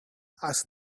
asked